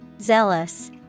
Zealous